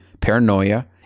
paranoia